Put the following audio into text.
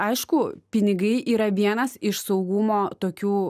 aišku pinigai yra vienas iš saugumo tokių